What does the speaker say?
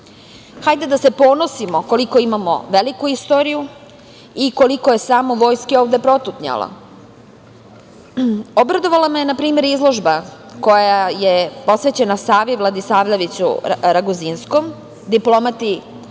da se ponosimo koliko imamo veliku istoriju i koliko je samo vojske ovde protutnjalo. Obradovala me je na primer izložba koja je posvećena Savi Vladisavljeviću Raguzinskom, diplomati kralja